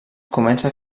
comença